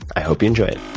i hope you enjoy it